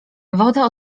woda